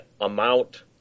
amount